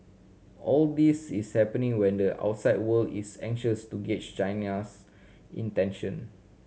all this is happening when the outside world is anxious to gauge China's intention